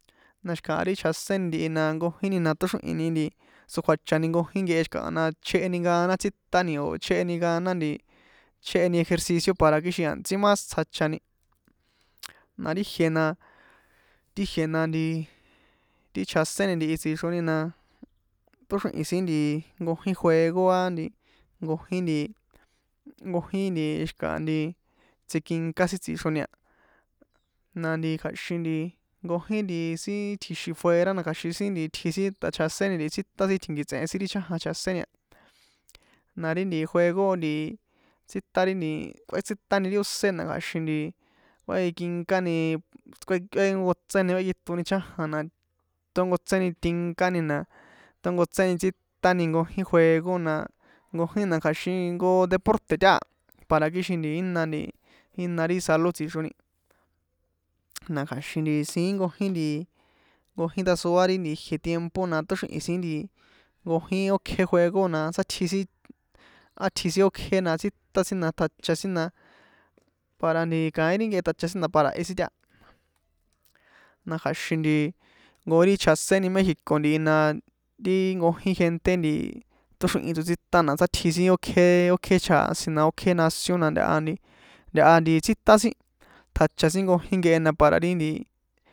Na xi̱kaha ri chjaséni ntihi na nkojini na tóxrihi̱ni nti tsokjuachani nkojín nkehe xi̱kaha na chjéheni gana tsítani o̱ chjeheni gana chjéheni ejercicio para kixin a̱ntsí mas tsjachani, na ri jie na tijie na ntiti chjaséni ntihi tsixroni na tóxríhi̱n sin nti nkojin juego a nti nkojin nti nkojin nti xi̱kaha nti tsikinká sin tsixroni a na nti kja̱xin nti nkojin nti sin tji̱xi̱n fuera na kja̱xin sin nti tji sin ta chjaséni ntihi tsíta sin tjinkiṭsehe sin ri chajan chjaséni a na ri juego nti tsítan ri nti kꞌuétsitani ri ósé na kja̱xin kꞌuajikinkani kua kꞌuekonkotseni kuekꞌitoni chajan na tónkotseni tinkani na tónkotseni tsítani nkojin juego na nkojini na kja̱xin jnko deporte̱ taha para kixin jína nti jína ri salud tsixroni na kja̱xin nti siín nkojin nti nkojin ndasoa ri nti ijie tiempo na tóxrihi̱n sin nkojin ókje juego na sátji sin átji sin ókje na tsítan sin na tjacha sin na para nti kaín ri nkehe tjacha sin na para jehe sin taha na kja̱xin nti nkojin ri chjaséni méxico ntihi na ri nkojin gente tóxrihi̱n tsotsíta na sátji sin ókje chjasin na ókje nación na ntaha nti ntaha nti tsítan sin tjacha sin nkojin nkehe na para ri nti.